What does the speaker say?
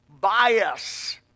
bias